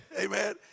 Amen